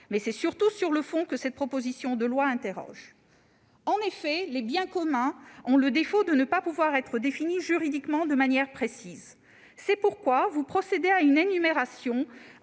Mais c'est surtout sur le fond que cette proposition de loi interroge. En effet, les biens communs ont le défaut de ne pouvoir être définis juridiquement de manière précise. Vous procédez à une énumération,